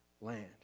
land